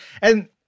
And-